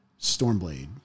Stormblade